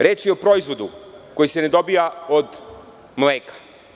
Reč je o proizvodu koji se ne dobija od mleka.